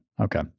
Okay